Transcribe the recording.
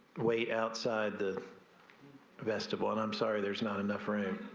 wait outside the best of one i'm sorry there's not enough room